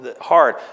hard